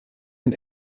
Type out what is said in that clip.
und